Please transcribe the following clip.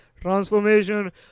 transformation